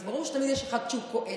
אז ברור שתמיד יש אחד שכועס,